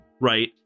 Right